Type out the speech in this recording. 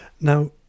now